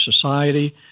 society